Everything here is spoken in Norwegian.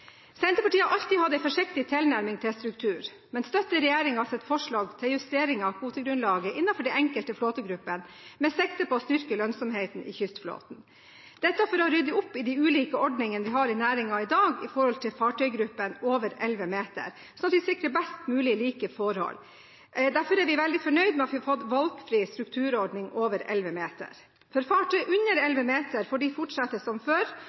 Senterpartiet har alltid hatt en forsiktig tilnærming til struktur, men støtter regjeringens forslag til justering av kvotegrunnlaget innenfor de enkelte flåtegruppene, med sikte på å styrke lønnsomheten i kystflåten – dette for å rydde opp i de ulike ordningene vi har i næringen i dag for fartøygruppene over 11 meter, slik at vi sikrer mest mulig like forhold. Derfor er vi veldig fornøyd med at vi nå får en valgfri strukturordning for flåten over 11 meter. Fartøygruppen under 11 meter får fortsette som før